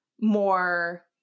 more